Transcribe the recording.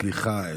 סליחה,